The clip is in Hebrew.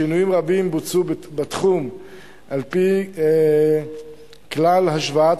שינויים רבים בוצעו בתחום על-פי כלל השוואת